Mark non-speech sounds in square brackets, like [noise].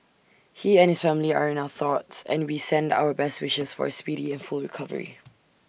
he and his family are in our thoughts and we send our best wishes for A speedy and full recovery [noise]